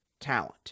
talent